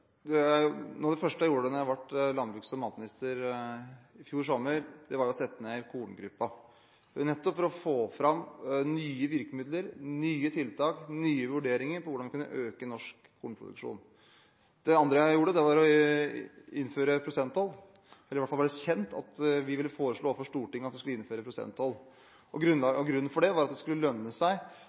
Noe av det første jeg gjorde da jeg ble landbruks- og matminister i fjor sommer, var å sette ned korngruppa, nettopp for å få fram nye virkemidler, nye tiltak og nye vurderinger rundt hvordan man kan øke norsk kornproduksjon. Det andre jeg gjorde, var å innføre prosenttall – eller det var i hvert fall kjent at vi overfor Stortinget ville foreslå at vi skulle innføre prosenttall. Grunnen til det var at det skulle lønne seg